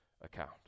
account